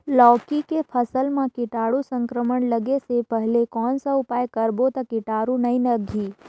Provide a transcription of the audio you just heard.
लौकी के फसल मां कीटाणु संक्रमण लगे से पहले कौन उपाय करबो ता कीटाणु नी लगही?